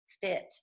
fit